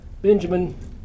Benjamin